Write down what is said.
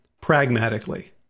pragmatically